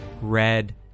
red